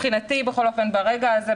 שמבחינתי בכל אופן ברגע הזה,